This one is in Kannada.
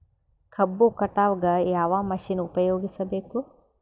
ಕಬ್ಬು ಕಟಾವಗ ಯಾವ ಮಷಿನ್ ಉಪಯೋಗಿಸಬೇಕು?